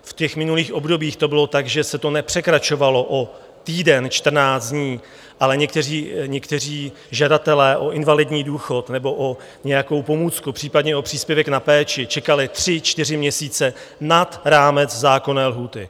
V těch minulých obdobích to bylo tak, že se to nepřekračovalo o týden, 14 dní, ale někteří žadatelé o invalidní důchod nebo o nějakou pomůcku, případně o příspěvek na péči, čekali tři čtyři měsíce nad rámec zákonné lhůty.